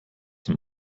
dem